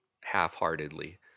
half-heartedly